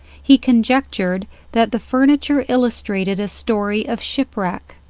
he conjectured that the furniture illustrated a story of shipwreck.